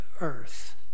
earth